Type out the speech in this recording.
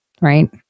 right